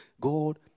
God